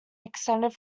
extended